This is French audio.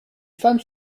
femme